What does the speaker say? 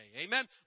Amen